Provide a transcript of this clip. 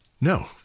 No